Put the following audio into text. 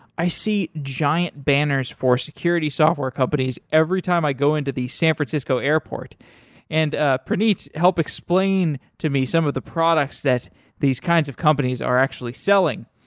i see giant banners for security software companies every time i go into the san francisco airport and ah praneet help explain to me some of the products that these kinds of companies are actually selling.